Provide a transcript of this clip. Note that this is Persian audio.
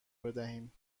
بدهیم